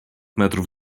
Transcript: metrów